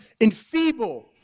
enfeebled